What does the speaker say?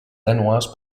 danoise